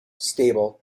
stable